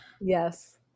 Yes